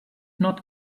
not